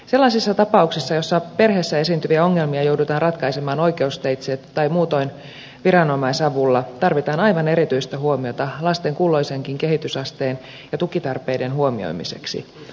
sellaisissa tapauksissa joissa perheessä esiintyviä ongelmia joudutaan ratkaisemaan oikeusteitse tai muutoin viranomaisavulla tarvitaan aivan erityistä huomiota lasten kulloisenkin kehitysasteen ja tukitarpeiden huomioimiseksi